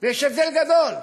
ויש הבדל גדול.